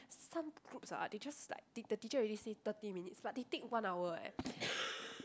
some groups ah they just like t~ the teacher already say thirty minutes but they take one hour eh